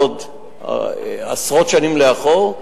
עוד עשרות שנים לאחור,